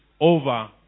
over